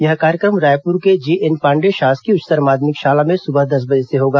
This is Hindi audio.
यह कार्यक्रम रायपुर के जेएनपांडेय शासकीय उच्चतर माध्यमिक शाला में सुबह दस बजे से होगा